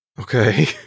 Okay